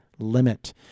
limit